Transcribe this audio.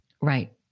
Right